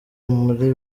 muri